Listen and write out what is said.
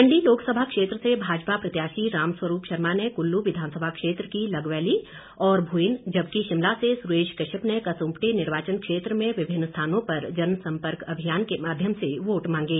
मंडी लोकसभा क्षेत्र से भाजपा प्रत्यशी रामस्वरूप शर्मा ने कुल्लू विधानसभा क्षेत्र की लगबैली और भूईन जबकि शिमला से सुरेश कश्यप ने कसुम्पटी निर्वाचन क्षेत्र में विभिन्न स्थानों पर जनसम्पर्क अभियान के माध्यम से वोट मांगे